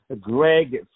greg